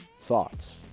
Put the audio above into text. Thoughts